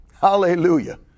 Hallelujah